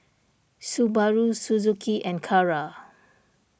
Subaru Suzuki and Kara